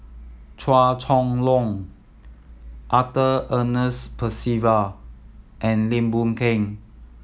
Chua Chong Long Arthur Ernest Percival and Lim Boon Keng